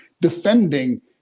defending